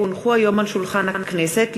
כי הונחו היום על שולחן הכנסת,